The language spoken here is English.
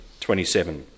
27